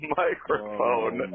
microphone